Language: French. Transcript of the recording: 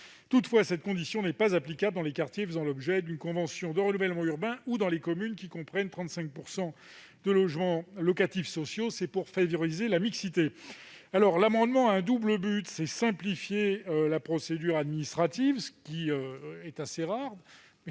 Toutefois, cette dernière condition n'est pas applicable dans les quartiers faisant l'objet d'une convention de renouvellement urbain ou dans les communes qui comportent 35 % de logements locatifs sociaux, afin de favoriser la mixité. L'amendement un double objet. D'abord, il tend à simplifier la procédure administrative, ce qui est assez rare